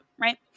right